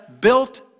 built